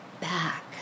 back